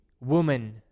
woman